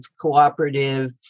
cooperative